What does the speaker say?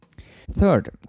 Third